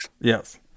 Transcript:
yes